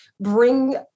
bring